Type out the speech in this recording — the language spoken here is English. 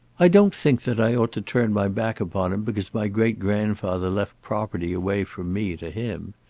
i don't think that i ought to turn my back upon him because my great-grandfather left property away from me to him.